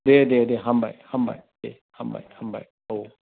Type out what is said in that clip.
दे दे दे हामबाय हामबाय दे हामबाय हामबाय औ